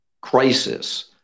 crisis